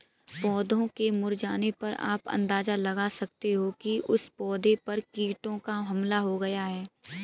पौधों के मुरझाने पर आप अंदाजा लगा सकते हो कि उस पौधे पर कीटों का हमला हो गया है